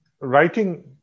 writing